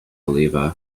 oliva